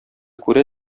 күрә